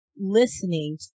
listening